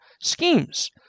schemes